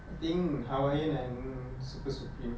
I think hawaiian and super supreme